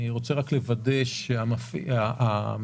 אני רוצה לוודא שהמדינה,